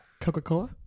Coca-Cola